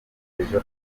ejo